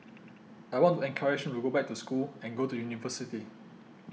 I want to encourage him to go back to school and go to university